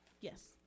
Yes